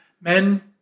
men